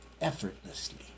effortlessly